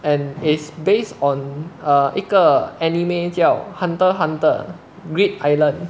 and it is based on err 一个 anime 叫 hunter hunter greed island